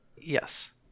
yes